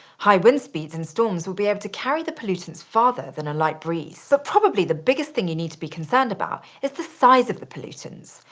high wind speeds and storms will be able to carry the pollutants farther than a light breeze. but probably the biggest thing you need to be concerned about is the size of the pollutants.